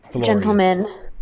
gentlemen